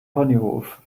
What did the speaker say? ponyhof